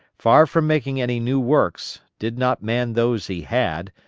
far from making any new works, did not man those he had,